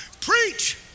Preach